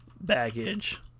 baggage